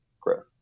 growth